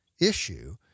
issue